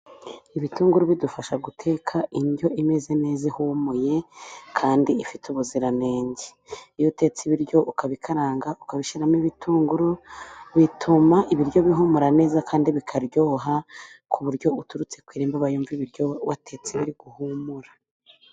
Ibitunguru bidufasha guteka indyo imeze neza ihumuye, kandi ifite ubuziranenge, iyo utetse ibiryo ukabikaranga, ukabishyiramo ibitunguru ,bituma ibiryo bihumura neza kandi bikaryoha, ku buryo uturutse ku irembo bayumva ibiryo watetse biri guhumura.